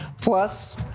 plus